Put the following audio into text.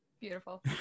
Beautiful